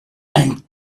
and